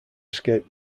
escape